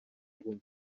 guma